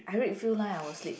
I read few line I will sleep